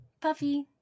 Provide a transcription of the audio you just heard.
Puffy